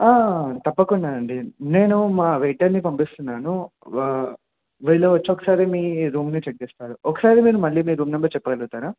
తప్పకుండానండి నేను మా వెయిటర్ని పంపిస్తున్నాను వీళ్ళు వచ్చి ఒకసారి మీ రూమ్ని చెక్ చేస్తారు ఒకసారి మీరు మళ్ళీ మీ రూమ్ నెంబర్ చెప్పగలుగుతారా